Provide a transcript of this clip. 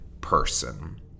person